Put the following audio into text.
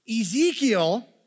Ezekiel